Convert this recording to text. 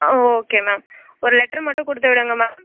okay ma'am ஒரு letter மட்டும் கொடுத்து விடுங்க மேம்